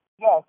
Yes